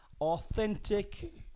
authentic